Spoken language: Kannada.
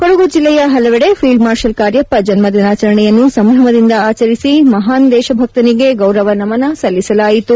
ಕೊಡಗು ಜಿಲ್ಲೆಯ ಹಲವೆಡೆ ಫೀಲ್ಡ್ ಮಾರ್ಷಲ್ ಕಾರ್ಯಪ್ಪ ಜನ್ಮದಿನಾಚರಣೆಯನ್ನು ಸಂಭ್ರಮದಿಂದ ಆಚರಿಸಿ ಮಹಾನ್ ದೇಶಭಕ್ತನಿಗೆ ಗೌರವ ನಮನ ಸಲ್ಲಿಸಲಾಯಿತು